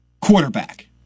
quarterback